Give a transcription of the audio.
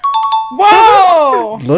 Whoa